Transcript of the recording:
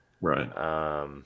Right